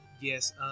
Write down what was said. Yes